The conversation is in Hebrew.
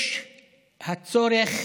יש צורך